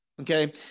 Okay